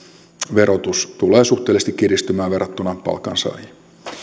verotus tulee suhteellisesti kiristymään verrattuna palkansaajiin